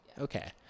okay